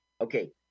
Okay